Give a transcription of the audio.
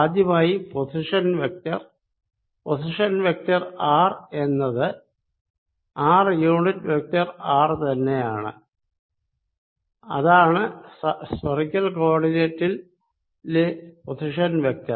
ആദ്യമായി position vector position vector R എന്നത് R unit vector R തന്നെയാണ് അതാണ് സ്ഫറിക്കൽ കോ ഓർഡിനേറ്റിലെ പൊസിഷൻ വെക്ടർ